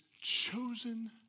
chosen